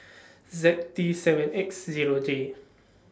Z T seven X Zero J